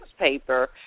newspaper